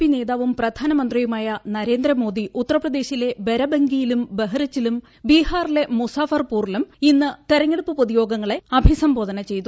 P നേതാവും പ്രധാനമന്ത്രിയുമായ നരേന്ദ്രമോദി ഉത്തർപ്രദേശിലെ ബരബംഗിയിലും ബഹ്റിച്ചിലും ബീഹാറിലെ മുസാഫർപൂറിലും ഇന്ന് തെരഞ്ഞെടുപ്പ് പ്പൊതുയോഗങ്ങളെ അഭിസംബോധന ചെയ്തു